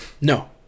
no